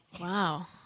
Wow